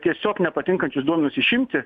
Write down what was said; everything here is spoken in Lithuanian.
tiesiog nepatinkančius duomenis išimti